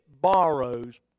borrows